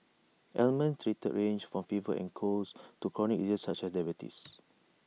ailments treated range from fevers and colds to chronic diseases such as diabetes